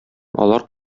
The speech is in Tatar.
алар